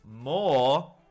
more